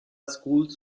schools